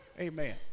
Amen